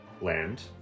land